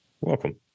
Welcome